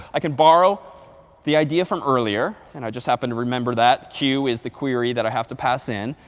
i can borrow the idea from earlier and i just happen to remember that q is the query that i have to pass in.